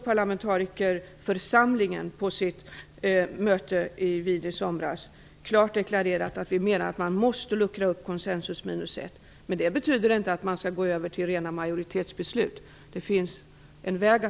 Parlamentarikerförsamlingen har på sitt möte Wien i somras klart deklarerat att vi menar att man måste luckra upp konsensus minus ett-principen. Det betyder inte att man skall gå över till rena majoritetsbeslut. Det kan finnas andra vägar.